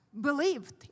believed